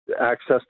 access